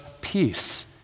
peace